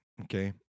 okay